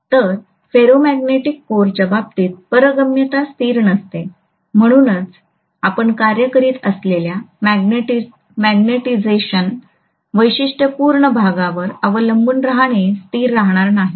तर फेरोमॅग्नेटिक कोरच्या बाबतीत पारगम्यता स्थिर नसते म्हणूनच आपण कार्य करत असलेल्या मॅग्नेटिझेशन वैशिष्ट्यपूर्ण भागावर अवलंबून राहणे स्थिर राहणार नाही